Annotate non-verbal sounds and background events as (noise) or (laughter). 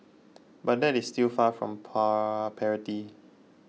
but that is still far from (unintelligible) parity